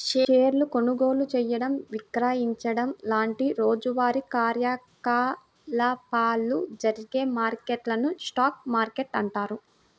షేర్ల కొనుగోలు చేయడం, విక్రయించడం లాంటి రోజువారీ కార్యకలాపాలు జరిగే మార్కెట్లను స్టాక్ మార్కెట్లు అంటారు